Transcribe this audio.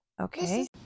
Okay